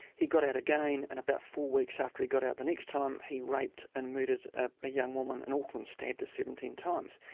he got out again, and about four weeks after he got out the next time, he raped and murdered a young woman in auckland, stabbed her seventeen times.